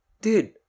Dude